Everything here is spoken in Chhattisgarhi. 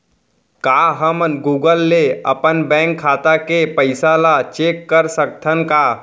का हमन गूगल ले अपन बैंक खाता के पइसा ला चेक कर सकथन का?